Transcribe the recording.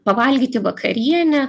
pavalgyti vakarienę